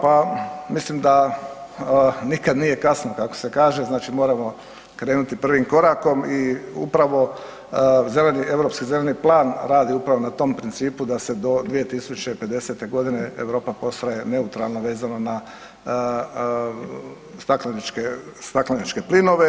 Pa mislim da nikad nije kasno kako se kaže, znači moramo krenuti prvim korakom i upravo Europski zeleni plan radi upravo na tom principu da se do 2050. g. Europa postaje neutralna vezano na stakleničke plinove.